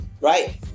Right